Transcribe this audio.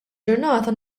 ġurnata